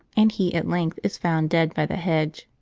and he at length is found dead by the hedge.